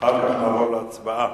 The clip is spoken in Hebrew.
אחר כך נעבור להצבעה.